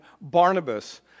Barnabas